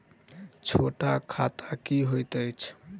छोट खाता की होइत अछि